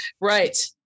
right